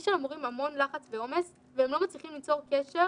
יש על המורים המון לחץ ועומס והם לא מצליחים ליצור קשר